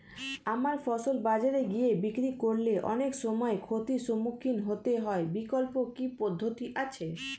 আমার ফসল বাজারে গিয়ে বিক্রি করলে অনেক সময় ক্ষতির সম্মুখীন হতে হয় বিকল্প কি পদ্ধতি আছে?